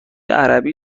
عربی